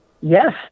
Yes